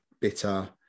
bitter